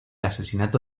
asesinato